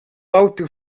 auter